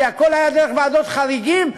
כי הכול היה דרך ועדות חריגים,